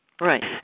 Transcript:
Right